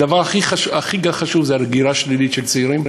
הדבר הכי חשוב הוא הגירה שלילית של צעירים,